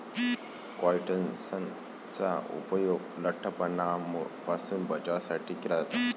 काइट्सनचा उपयोग लठ्ठपणापासून बचावासाठी केला जातो